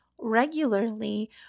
regularly